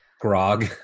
grog